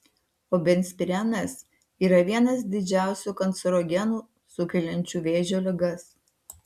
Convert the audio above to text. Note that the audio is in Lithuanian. o benzpirenas yra vienas didžiausių kancerogenų sukeliančių vėžio ligas